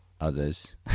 others